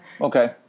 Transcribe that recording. Okay